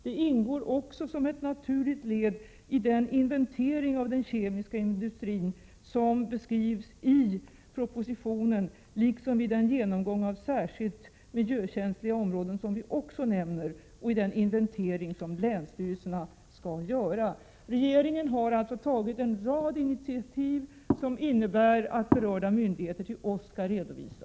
Det ingår också som ett naturligt led i den inventering av den kemiska industrin som beskrivs i propositionen liksom i den genomgång av särskilt miljökänsliga områden som vi också nämner och i den inventering som länsstyrelserna skall göra. Regeringen har alltså tagit en rad initiativ innebärande att berörda myndigheter skall redovisa till oss.